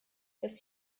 dass